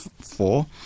four